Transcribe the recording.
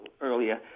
earlier